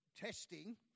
testing